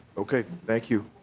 okay thank you.